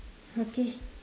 okay